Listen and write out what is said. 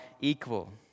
equal